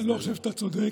אני לא חושב שאתה צודק.